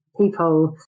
people